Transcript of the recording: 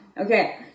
Okay